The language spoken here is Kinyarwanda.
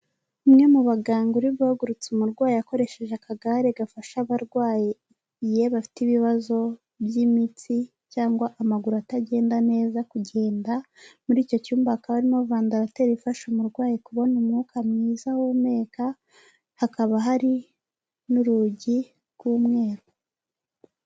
Umwe mu baganga uri guhagurutsa umurwayi akoresheje akagare gafasha abarwaye iyo bafite ibibazo by'imitsi cyangwa amaguru atagenda neza kugenda muri icyo cyumba hakaba harimo vandarateri ifasha umurwayi kubona umwuka mwiza ahumeka , hakaba hari n'urugi rw'umweru.